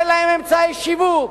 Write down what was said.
תן להם אמצעי שיווק,